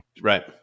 Right